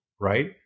Right